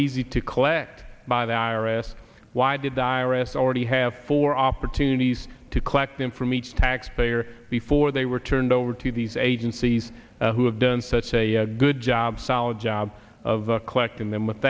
easy to collect by the i r s why did the i r s already have four opportunities to collect them from each taxpayer before they were turned over to these agencies who have done such a good job solid job of collecting them with